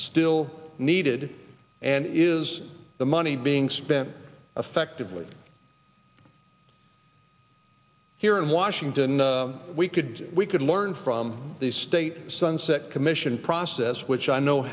still needed and is the money being spent effectively here in washington we could we could learn from the state sunset commission process which i know